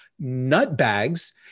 nutbags